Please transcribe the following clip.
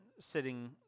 sitting